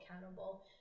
accountable